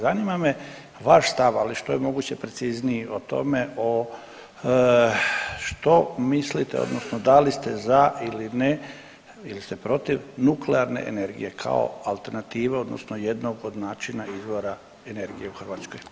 Zanima me vaš stav, ali što je moguće precizniji o tome o što mislite odnosno da li ste za ili ne ili se protiv nuklearne energije kao alternativa, odnosno jedna od načina izvora energije u Hrvatskoj?